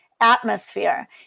atmosphere